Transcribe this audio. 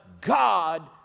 God